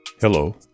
Hello